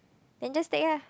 then just take ah